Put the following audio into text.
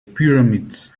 pyramids